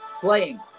playing